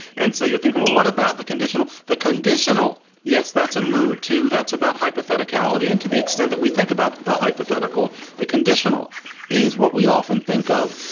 and so you're thinking, well, what about the conditional? the conditional? yes, that's a mood to that's about hypothetical ality. and to the extent that we think about the hypothetical, the conditional is what we often think of,